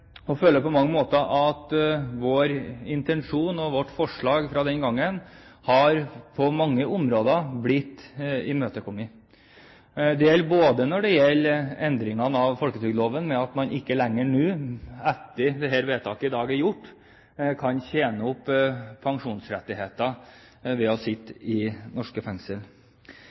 føler på mange måter at vår intensjon og vårt forslag fra den gangen på mange områder har blitt imøtekommet når det gjelder endringer av folketrygdloven, ved at man ikke lenger – etter at dette vedtaket i dag er gjort – kan tjene opp pensjonsrettigheter ved å sitte i norsk fengsel.